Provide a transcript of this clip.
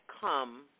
come